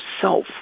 self